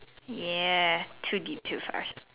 ya too deep too fast